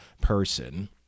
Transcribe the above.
person